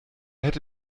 hätte